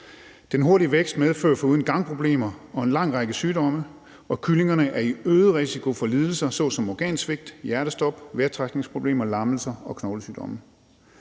Den hurtige vækst medfører foruden gangproblemer en lang række sygdomme, og kyllingerne er i øget risiko for lidelser såsom organsvigt, hjertestop, vejrtrækningsproblemer, lammelser og knoglesygdomme.